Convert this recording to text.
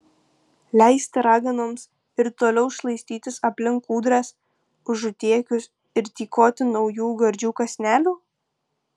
leisti raganoms ir toliau šlaistytis aplink kūdras užutėkius ir tykoti naujų gardžių kąsnelių